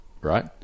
Right